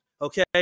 Okay